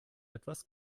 etwas